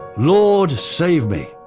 lord save me.